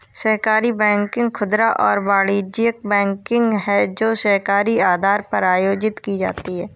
सहकारी बैंकिंग खुदरा और वाणिज्यिक बैंकिंग है जो सहकारी आधार पर आयोजित की जाती है